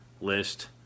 list